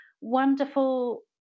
wonderful